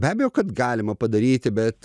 be abejo kad galima padaryti bet